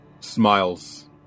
smiles